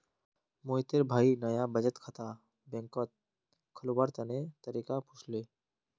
मोहितेर भाई नाया बचत खाता बैंकत खोलवार तने तरीका पुछले